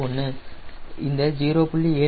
71 இந்த 0